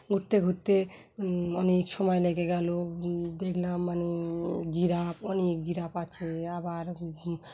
ঘুরতে ঘুরতে অনেক সময় লেগে গেলো দেখলাম মানে জিরাফ অনেক জিরাফ আছে আবার